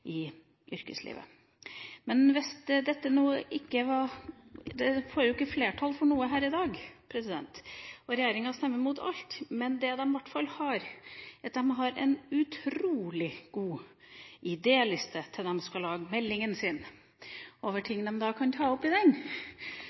i yrkeslivet. Vi får jo ikke flertall for noe her i dag, for regjeringa stemmer imot alt. Men det de i hvert fall har, er en utrolig god idéliste til ting de kan ta opp,